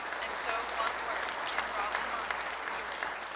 and so one word can rob the mind of its purity.